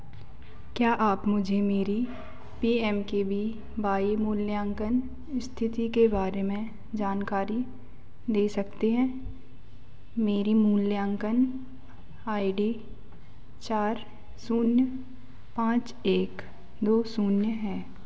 क्या आप मुझे मेरी P M K V Y मूल्यांकन स्थिति के बारे में जानकारी दे सकते हैं मेरी मूल्यांकन आई डी चार शून्य पाँच एक दो शून्य है